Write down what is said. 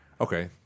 Okay